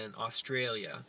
Australia